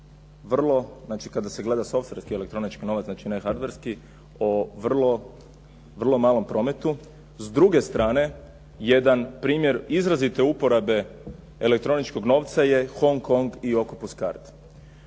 vrlo, znači kada se gleda softverski elektronički novac, znači ne hardverski o vrlo malom prometu. S druge strane, jedan primjer izrazite uporabe elektroničkog novca je Hong Kong i Octopus card.